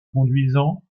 conduisant